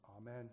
Amen